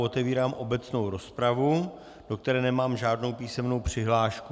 Otevírám obecnou rozpravu, do které nemám žádnou písemnou přihlášku.